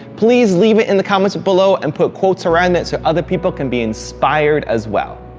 please leave it in the comments below and put quotes around it so other people can be inspired as well.